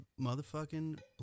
motherfucking